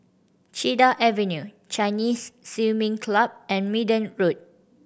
Cedar Avenue Chinese Swimming Club and Minden Road